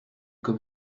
comme